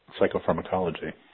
psychopharmacology